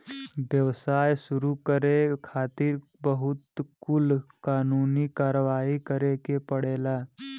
व्यवसाय शुरू करे खातिर बहुत कुल कानूनी कारवाही करे के पड़ेला